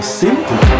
simple